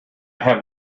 have